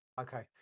okay